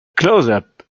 closeup